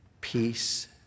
Peace